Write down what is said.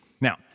Now